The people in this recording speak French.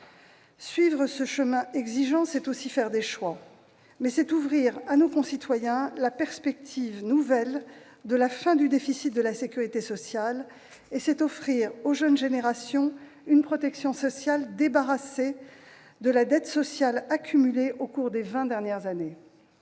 Suivre ce chemin exigeant, c'est certes faire des choix, mais c'est aussi ouvrir à nos concitoyens la perspective nouvelle de la fin du déficit de la sécurité sociale et offrir aux jeunes générations une protection sociale débarrassée de la dette sociale accumulée au cours des vingt dernières années.